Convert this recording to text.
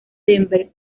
denver